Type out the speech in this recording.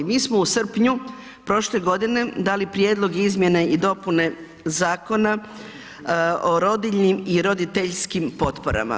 Mi smo u srpnju prošle godine dali Prijedlog izmjene i dopune Zakona o rodiljnim i roditeljskim potporama.